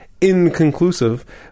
inconclusive